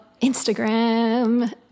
Instagram